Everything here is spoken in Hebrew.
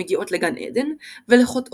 המגיעות לגן עדן ול"חוטאות",